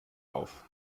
auf